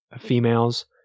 females